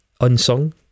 unsung